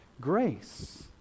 grace